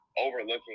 overlooking